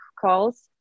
calls